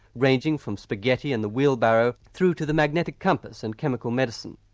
ranging from spaghetti and the wheelbarrow through to the magnetic compass and chemical medicine.